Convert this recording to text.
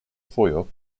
fojo